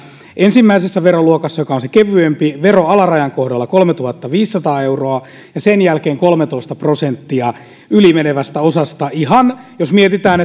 ensimmäisessä veroluokassa joka on se kevyempi vero alarajan kohdalla on kolmetuhattaviisisataa euroa ja sen jälkeen kolmetoista prosenttia ylimenevästä osasta ihan jos mietitään